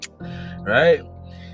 right